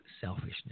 selfishness